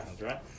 right